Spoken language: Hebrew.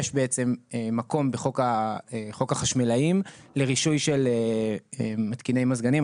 יש בעצם מקום בחוק החשמלאים לרישוי של מתקיני מזגנים,